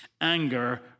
anger